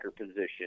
position